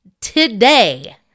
today